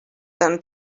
than